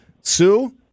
Sue